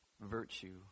Virtue